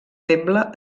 feble